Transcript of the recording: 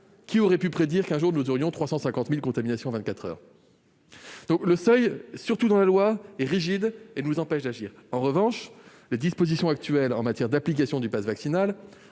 Qui aurait pu prédire qu'un jour, nous aurions 350 000 contaminations en vingt-quatre heures ? Le seuil, surtout fixé dans la loi, est rigide et nous empêche d'agir. Toutefois, les dispositions actuelles relatives à l'application du passe vaccinal